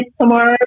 tomorrow